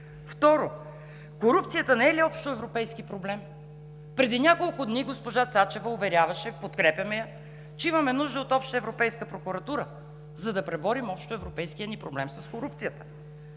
Второ, корупцията не е ли общоевропейски проблем? Преди няколко дни госпожа Цачева уверяваше – подкрепяме я, че имаме нужда от обща европейска прокуратура, за да преборим общоевропейския ни проблем с корупцията.